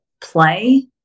play